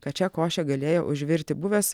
kad šią košę galėjo užvirti buvęs